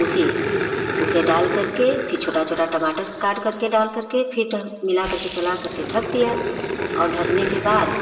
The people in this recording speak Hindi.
उसी उसे डालकर के फिर छोटा छोटा टमाटर काटकर के डालकर के फिर ढक मिलाकर के चलाकर के ढक दिया और ढकने के बाद